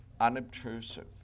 unobtrusive